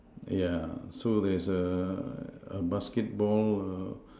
yeah so there's a a basketball uh